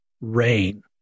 rain